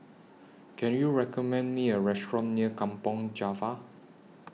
Can YOU recommend Me A Restaurant near Kampong Java